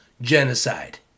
genocide